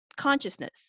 consciousness